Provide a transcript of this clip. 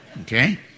Okay